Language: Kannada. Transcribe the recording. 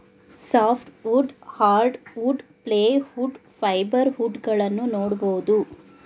soft wood, hardwood, plywood, fibre wood ಗಳನ್ನೂ ನೋಡ್ಬೋದು